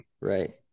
right